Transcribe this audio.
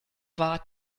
war